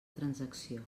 transacció